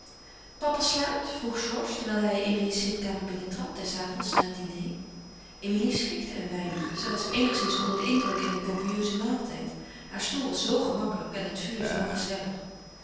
papa slaapt vroeg georges terwijl hij emilie's zitkamer binnentrad des avonds na het diner emilie schrikte een weinig zij was eenigszins onder den indruk van een copieusen maaltijd haar stoel was zoo gemakkelijk en het vuur zoo gezellig